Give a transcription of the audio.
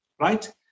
right